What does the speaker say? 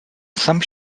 some